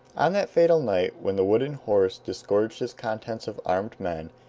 on that fatal night when the wooden horse disgorged its contents of armed men,